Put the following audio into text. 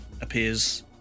appears